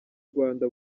rwanda